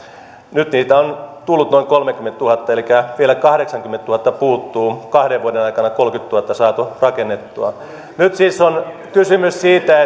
nyt niitä on tullut noin kolmekymmentätuhatta elikä vielä kahdeksankymmentätuhatta puuttuu kahden vuoden aikana on kolmekymmentätuhatta saatu rakennettua nyt siis on kysymys siitä